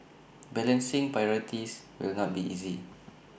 balancing priorities will not be easy